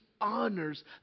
honors